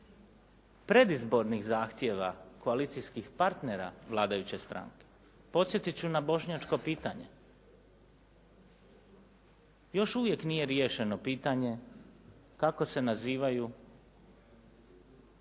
predizbornih zahtjeva koalicijskih partnera vladajuće stranke. Podsjetit ću na bošnjačko pitanje. Još uvijek nije riješeno pitanje kako se nazivaju osobe